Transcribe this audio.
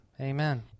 amen